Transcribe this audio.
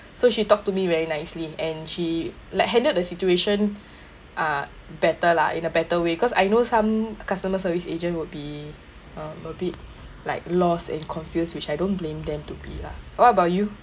so she talked to me very nicely and she like handled the situation uh better lah in a better way cause I know some customer service agent would be um a bit like lost and confused which I don't blame them to be lah what about you